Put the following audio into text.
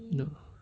ya